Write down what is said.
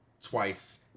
twice